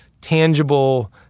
tangible